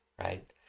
right